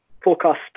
Forecast